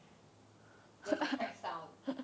there's a crack sound